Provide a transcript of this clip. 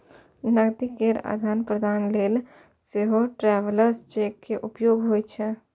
नकदी केर आदान प्रदान लेल सेहो ट्रैवलर्स चेक के उपयोग होइ छै